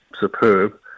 superb